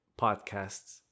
podcasts